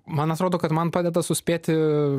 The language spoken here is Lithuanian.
man atrodo kad man padeda suspėti